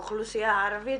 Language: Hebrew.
הדיון.